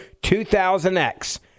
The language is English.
2000X